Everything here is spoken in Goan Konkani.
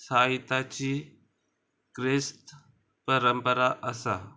साहिताची क्रिस्त परंपरा आसा